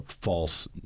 false